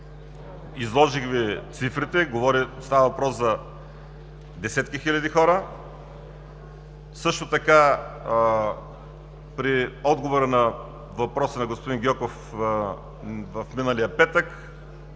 Изложих Ви цифрите. Става въпрос за десетки хиляди хора. Също така при отговора на въпроса на господин Гьоков в миналия петък